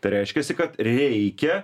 reiškiasi kad reikia